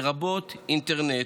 לרבות אינטרנט,